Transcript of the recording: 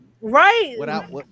Right